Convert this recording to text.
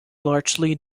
largely